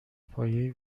پایه